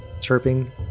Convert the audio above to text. chirping